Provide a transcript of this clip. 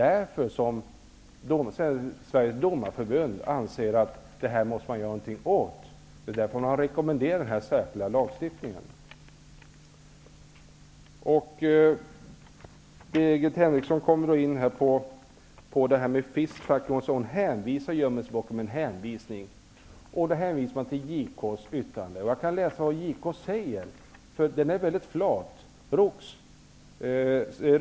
Det är därför Sveriges domareförbund anser att man måste göra någonting åt detta. Det är därför man har rekommenderat denna särskilda lagstiftning. Birgit Henriksson kommer in på frågan om fistfucking. Hon gömmer sig bakom en hänvisning. Hon hänvisar till JK:s yttrande. Jag kan läsa vad JK säger. Formuleringen är väldigt flat.